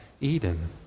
Eden